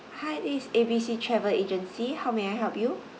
hi this is A B C travel agency how may I help you